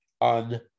on